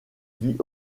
vit